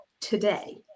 today